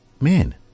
Men